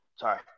Sorry